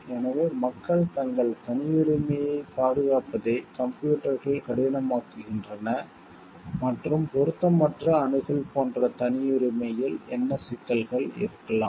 எனவே மக்கள் தங்கள் தனியுரிமையைப் பாதுகாப்பதை கம்ப்யூட்டர்கள் கடினமாக்குகின்றன மற்றும் பொருத்தமற்ற அணுகல் போன்ற தனியுரிமையில் என்ன சிக்கல்கள் இருக்கலாம்